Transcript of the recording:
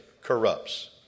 corrupts